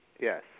Yes